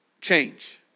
Change